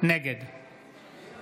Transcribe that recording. נגד